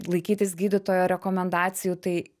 laikytis gydytojo rekomendacijų tai